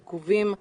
עיכובים,